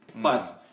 Plus